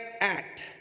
Act